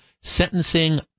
sentencing